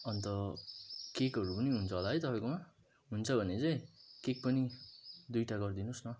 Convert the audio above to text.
अन्त केकहरू पनि हुन्छ होला है तपाईँकोमा हुन्छ भने चाहिँ के के पनि दुईवटा गरिदिनु होस् न